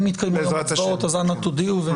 אם יתקיימו הצבעות, אנא תודיעו.